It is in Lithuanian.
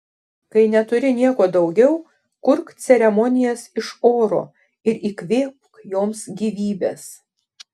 kai neturi nieko daugiau kurk ceremonijas iš oro ir įkvėpk joms gyvybės